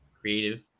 creative